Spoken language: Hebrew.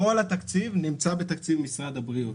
כל התקציב נמצא בתקציב משרד הבריאות,